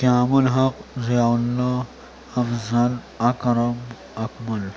قیام الحق ضیاءاللہ افضل اکرم اکمل